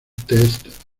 test